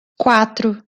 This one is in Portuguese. quatro